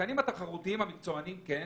השחקנים התחרותיים המקצועניים - כן.